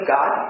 God